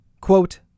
Quote